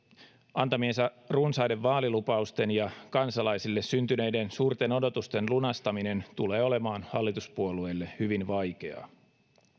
antamiensa runsaiden vaalilupausten ja kansalaisille syntyneiden suurten odotusten lunastaminen tulee olemaan hallituspuolueille hyvin vaikeaa